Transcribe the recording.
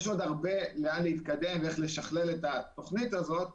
יש עוד הרבה לאן להתקדם ואיך לשכלל את התוכנית הזאת,